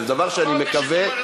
זה דבר שאני מקווה,